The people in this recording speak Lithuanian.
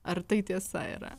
ar tai tiesa yra